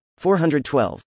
412